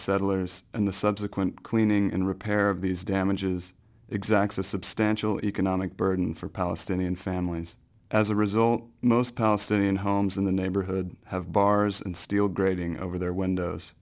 settlers and the subsequent cleaning and repair of these damages exacts a substantial economic burden for palestinian families as a result most palestinian homes in the neighborhood have bars and steel grating over their windows